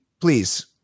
please